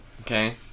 Okay